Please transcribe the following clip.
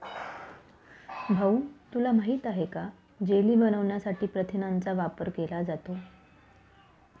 भाऊ तुला माहित आहे का जेली बनवण्यासाठी प्रथिनांचा वापर केला जातो